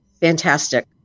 fantastic